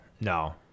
no